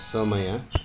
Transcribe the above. समय